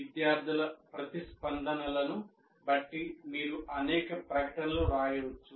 విద్యార్థుల ప్రతిస్పందనలను బట్టి మీరు అనేక ప్రకటనలు రాయవచ్చు